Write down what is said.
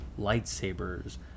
Lightsabers